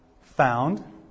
found